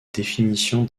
définition